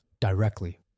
directly